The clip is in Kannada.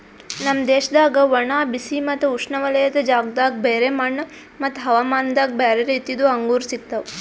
ನಮ್ ದೇಶದಾಗ್ ಒಣ, ಬಿಸಿ ಮತ್ತ ಉಷ್ಣವಲಯದ ಜಾಗದಾಗ್ ಬ್ಯಾರೆ ಮಣ್ಣ ಮತ್ತ ಹವಾಮಾನದಾಗ್ ಬ್ಯಾರೆ ರೀತಿದು ಅಂಗೂರ್ ಸಿಗ್ತವ್